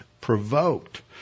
provoked